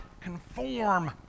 conform